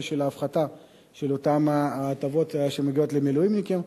של ההפחתה של אותן הטבות שמגיעות למילואימניקים.